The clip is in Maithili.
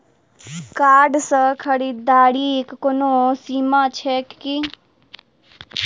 कार्ड सँ खरीददारीक कोनो सीमा छैक की?